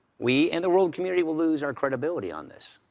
we and the world community will lose our credibility on this.